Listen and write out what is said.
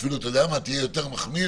אפילו תהיה יותר מחמיר